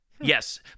Yes